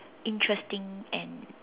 interesting and